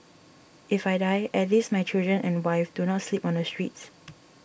if I die at least my children and wife do not sleep on the streets